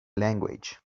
language